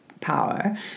power